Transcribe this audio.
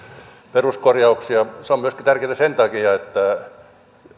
peruskorjauksia se on tärkeätä myöskin sen takia että